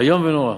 איום ונורא.